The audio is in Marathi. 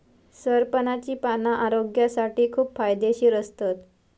सरपणाची पाना आरोग्यासाठी खूप फायदेशीर असतत